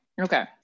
Okay